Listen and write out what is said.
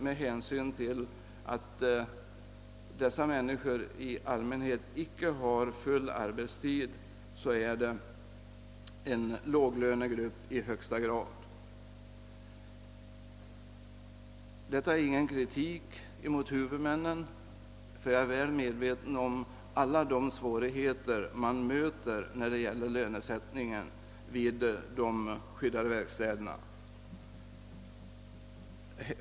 Med hänsyn till att dessa människor i allmänhet inte har full arbetstid utgör de utan tvivel en låglönegrupp. Detta är ingen kritik mot huvudmännen. Jag är väl medveten om alla de svårigheter man möter när det gäller lönesättningen vid de skyddade verkstäderna.